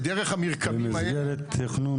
במסגרת תכנון